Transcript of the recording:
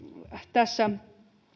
tässä